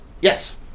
Yes